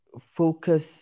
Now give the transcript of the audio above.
focus